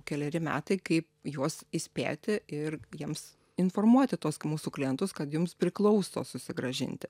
keleri metai kai juos įspėti ir jiems informuoti tuos mūsų klientus kad jums priklauso susigrąžinti